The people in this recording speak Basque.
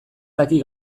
daki